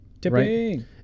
Tipping